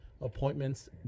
appointments